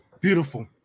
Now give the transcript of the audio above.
Beautiful